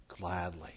gladly